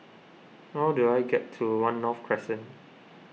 how do I get to one North Crescent